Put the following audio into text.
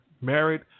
married